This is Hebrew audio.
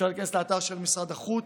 אפשר להיכנס לאתר של משרד החוץ,